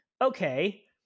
Okay